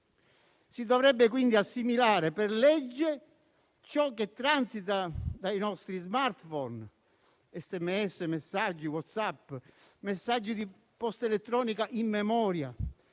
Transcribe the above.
Si dovrebbe quindi assimilare per legge ciò che transita dai nostri *smartphone* (sms, messaggi WhatsApp e di posta elettronica in memoria)